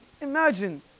imagine